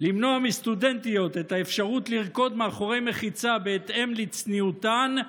למנוע מסטודנטיות את האפשרות לרקוד מאחורי מחיצה בהתאם לצניעותן,